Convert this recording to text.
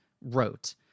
wrote